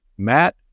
Matt